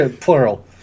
Plural